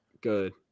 Good